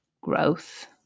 growth